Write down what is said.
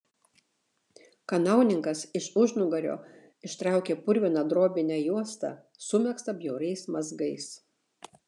kanauninkas iš užnugario ištraukė purviną drobinę juostą sumegztą bjauriais mazgais